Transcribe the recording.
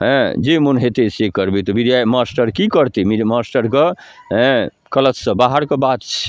हेँ जे मोन हेतै से करबै तऽ बिद मास्टर कि करतै मास्टरके हेँ कलचसँ बाहरके बात छै